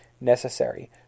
necessary